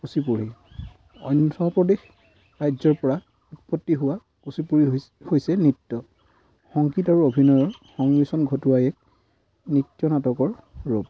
কুচিপুড়ি অন্ধ্ৰ প্ৰদেশ ৰাজ্যৰপৰা উৎপত্তি হোৱা কুচিপুড়ি হৈছে নৃত্য সংগীত আৰু অভিনয়ৰ সংমিশ্ৰণ ঘটোৱা এক নৃত্য নাটকৰ ৰূপ